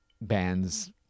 band's